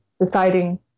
deciding